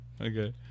Okay